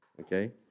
Okay